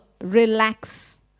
Relax